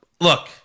Look